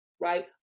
right